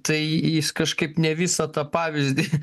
tai jis kažkaip ne visą tą pavyzdį